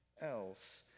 else